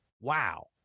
wow